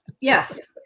yes